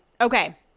okay